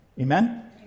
Amen